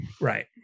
right